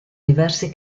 diversi